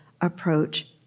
approach